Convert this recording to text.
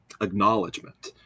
acknowledgement